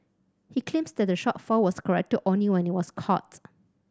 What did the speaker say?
he claimed that the shortfall was corrected only when it was